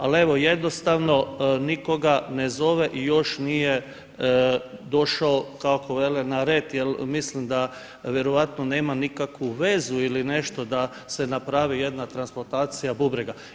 Ali jednostavno nikoga ne zove i još nije došao kako vele na red, jer misle da vjerojatno nema nikakvu vezu ili nešto da se napravi jedna transplantacija bubrega.